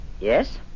Yes